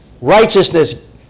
Righteousness